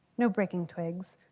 no breaking twigs.